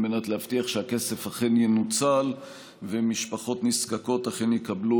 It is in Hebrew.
על מנת להבטיח שהכסף אכן ינוצל ומשפחות נזקקות אכן יקבלו